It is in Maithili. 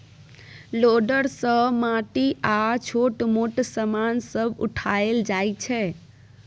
लोडर सँ माटि आ छोट मोट समान सब उठाएल जाइ छै